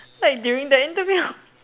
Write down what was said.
like during the interview